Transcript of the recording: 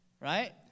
right